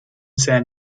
san